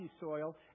soil